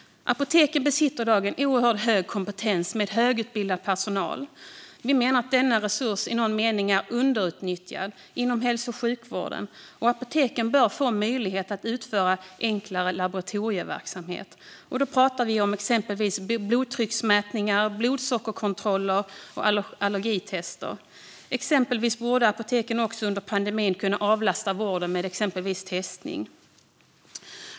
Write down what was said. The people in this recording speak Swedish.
Apoteken besitter i dag en oerhört hög kompetens med högutbildad personal. Vi menar att denna resurs i någon mening är underutnyttjad inom hälso och sjukvården. Apoteken bör få möjlighet att utföra enklare laboratorieverksamhet. Vi pratar om exempelvis blodtrycksmätningar, blodsockerkontroller och allergitester. Under pandemin borde apoteken kunna avlasta vården med exempelvis testning.